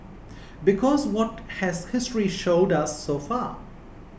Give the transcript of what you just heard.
because what has history showed us so far